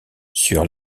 sur